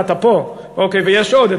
אתה פה, ויש עוד.